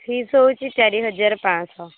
fees ହେଉଛି ଚାରି ହଜାର ପାଞ୍ଚଶହ